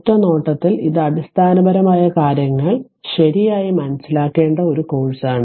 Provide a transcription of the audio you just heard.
ഒറ്റ നോട്ടത്തിൽ ഇത് അടിസ്ഥാനപരമായ കാര്യങ്ങൾ ശരിയായി മനസിലാക്കേണ്ട ഒരു കോഴ്സാണ്